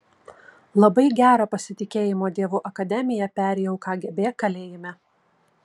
labai gerą pasitikėjimo dievu akademiją perėjau kgb kalėjime